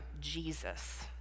Jesus